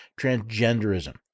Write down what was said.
Transgenderism